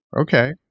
okay